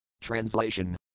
Translation